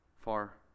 far